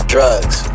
Drugs